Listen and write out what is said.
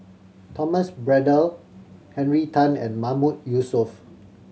Thomas Braddell Henry Tan and Mahmood Yusof